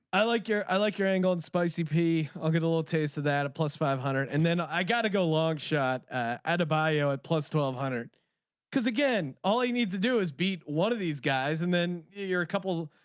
i like your i like your angle and spicy p i'll get a little taste of that plus five hundred and then i got to go a long shot adebayo and plus twelve hundred because again all he needs to do is beat one of these guys and then you're a couple.